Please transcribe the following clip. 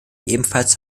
ebenfalls